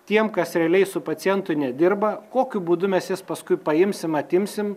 tiem kas realiai su pacientu nedirba kokiu būdu mes jas paskui paimsim atimsim